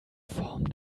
form